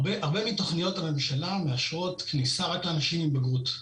הרבה מתוכניות הממשלה מאשרות כניסה רק לאנשים עם בגרות,